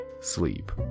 Sleep